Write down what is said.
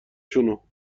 شونو